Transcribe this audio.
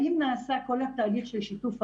האם נעשה כל התהליך של שיתוף ההורים,